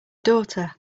daughter